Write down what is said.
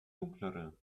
dunklere